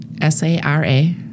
S-A-R-A